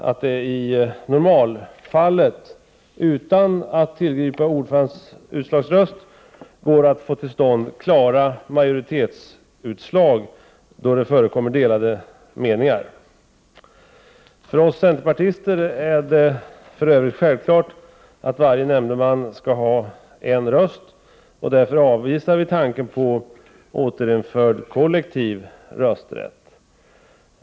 1988/89:120 det då, utan att tillgripa ordförandens utslagsröst, att få till stånd klara 24 maj 1989 majoritetsutslag när det förekommer delade meningar. Almumsecfås LV —— För OSS centerpartister är det för övrigt självklart att varje nämndeman skall ha en röst. Därför avvisar vi tanken på återinförd kollektiv rösträtt.